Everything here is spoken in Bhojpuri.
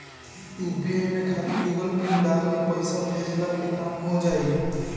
यू.पी.आई में खाली गूगल पिन डाल के पईसा भेजला के काम हो होजा